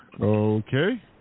Okay